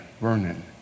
Vernon